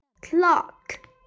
clock